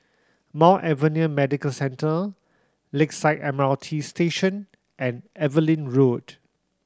Mount Alvernia Medical Centre Lakeside M R T Station and Evelyn Road